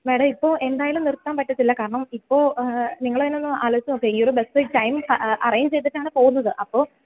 എടാ ഇപ്പോൾ എന്തായാലും നിർത്താൻ പറ്റത്തില്ല കാരണം ഇപ്പോൾ നിങ്ങൾ തന്നെ ഒന്നാലോചിച്ച് നോക്കൂ ഈയൊരു ബസ് ടൈം അറേഞ്ച് ചെയ്തിട്ടാണ് പോകുന്നത് അപ്പോൾ